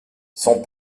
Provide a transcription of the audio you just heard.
son